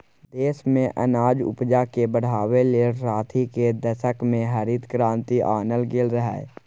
देश मे अनाज उपजाकेँ बढ़ाबै लेल साठि केर दशक मे हरित क्रांति आनल गेल रहय